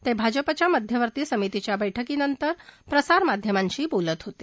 ते भाजपाच्या मध्यवर्ती समितीच्या बैठकीनंतर प्रसारमाध्यमांशी बोलत होते